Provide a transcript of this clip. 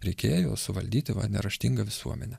reikėjo suvaldyti va neraštingą visuomenę